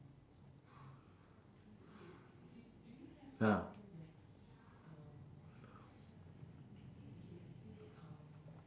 ah